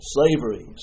Slavery